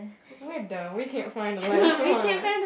we're dumb we can't find the last one